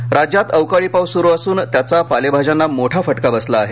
भाजी राज्यात अवकाळी पाऊस सुरू असुन त्याचा पालेभाज्यांना मोठा फटका बसला आहे